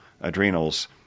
adrenals